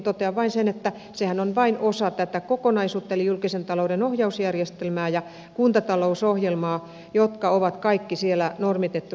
totean vain sen että sehän on vain osa tätä kokonaisuutta eli julkisen talouden ohjausjärjestelmää ja kuntatalousohjelmaa jotka on kaikki siellä kuntalaissa normitettu